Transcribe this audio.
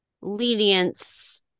lenience